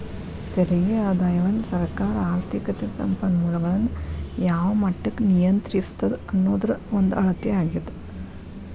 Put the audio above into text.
ತೆರಿಗೆ ಆದಾಯವನ್ನ ಸರ್ಕಾರ ಆರ್ಥಿಕತೆ ಸಂಪನ್ಮೂಲಗಳನ್ನ ಯಾವ ಮಟ್ಟಕ್ಕ ನಿಯಂತ್ರಿಸ್ತದ ಅನ್ನೋದ್ರ ಒಂದ ಅಳತೆ ಆಗ್ಯಾದ